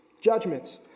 judgments